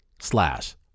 slash